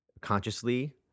Consciously